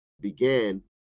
began